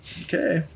Okay